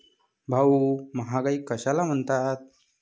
भाऊ, महागाई कशाला म्हणतात?